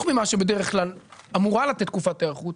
ממה שבדרך כלל אמורה לתת תקופת היערכות,